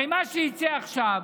הרי מה שייצא עכשיו,